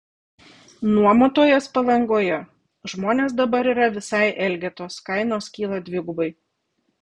nuomotojas palangoje žmonės dabar yra visai elgetos kainos kyla dvigubai